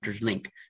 link